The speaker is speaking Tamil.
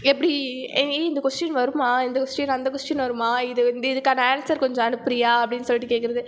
எப்படி ஏய் இந்தக் கொஸ்டின் வருமா இந்தக் கொஸ்டின் அந்தக் கொஸ்டின் வருமா இது இந்த இதுக்கான ஆன்சர் கொஞ்சம் அனுப்புகிறியா அப்படின்னு சொல்லிட்டு கேட்கறது